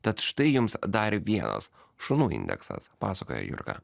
tad štai jums dar vienas šunų indeksas pasakoja jurga